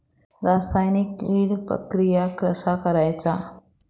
रासायनिक कीड प्रक्रिया कसा करायचा?